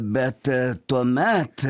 bet tuomet